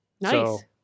Nice